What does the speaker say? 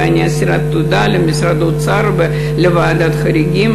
ואני אסירת תודה למשרד האוצר ולוועדת חריגים